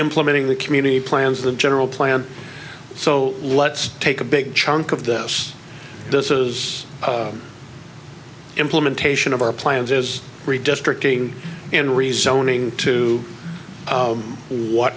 implementing the community plans the general plan so let's take a big chunk of this this is implementation of our plans as redistricting in rezoning to what